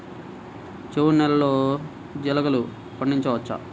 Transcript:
చవుడు నేలలో జీలగలు పండించవచ్చా?